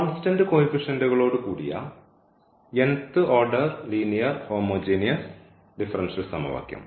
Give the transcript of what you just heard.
constant കോയിഫിഷൻറ്കളോട് കൂടിയ order linear homogeneous differential സമവാക്യം